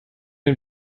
den